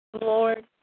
Lord